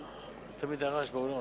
יש רעש באולם,